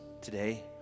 today